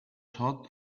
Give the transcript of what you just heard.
hot